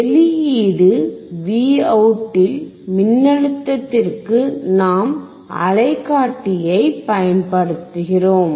வெளியீடு Vout இல் மின்னழுத்தத்திற்கு நாம் அலைக்காட்டியை யன்படுத்துகிறோம்